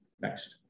Next